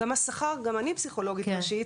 גם אני פסיכולוגית ראשית,